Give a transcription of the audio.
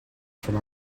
from